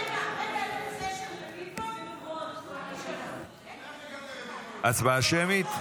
רגע, זה הנושא של רביבו --- הצבעה שמית?